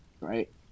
Right